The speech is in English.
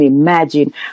imagine